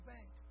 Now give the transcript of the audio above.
Bank